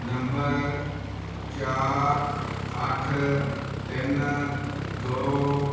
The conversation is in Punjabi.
ਨੰਬਰ ਚਾਰ ਅੱਠ ਤਿੰਨ ਦੋ